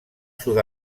sud